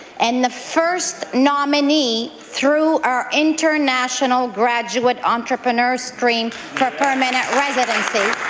and the first nominee through our international graduate entrepreneur stream for permanent residency